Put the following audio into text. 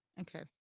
okay